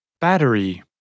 Battery